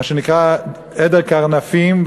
מה שנקרא עדר קרנפים,